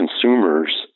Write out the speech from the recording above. consumers